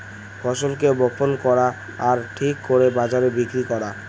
ফসলকে বপন করা আর ঠিক দরে বাজারে বিক্রি করা